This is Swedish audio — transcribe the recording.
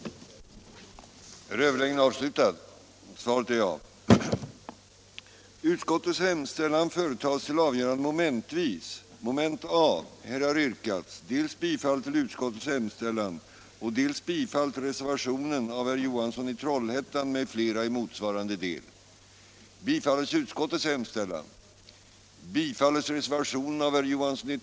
den det ej vill röstar nej.